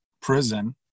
prison